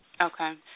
Okay